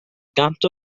gant